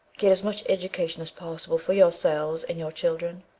get as much education as possible for yourselves and your children.